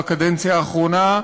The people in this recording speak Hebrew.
בקדנציה האחרונה,